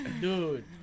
Dude